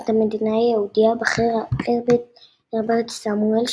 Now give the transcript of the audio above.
את המדינאי היהודי הבכיר הרברט סמואל,